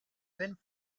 when